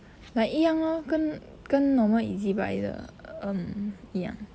like 一样 lor 跟 normal Ezbuy 的 um 一样